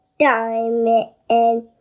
diamond